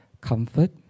comfort